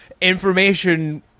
information